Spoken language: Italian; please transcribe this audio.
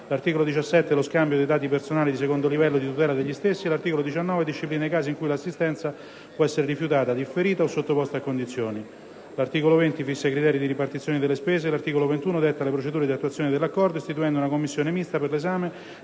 L'articolo 17 regola lo scambio di dati personali secondo il livello di tutela degli stessi e l'articolo 19 disciplina i casi in cui l'assistenza può essere rifiutata, differita o sottoposta a condizioni. L'articolo 20 fissa i criteri di ripartizione delle spese e l'articolo 21 detta le procedure di attuazione dell'Accordo, istituendo una commissione mista per l'esame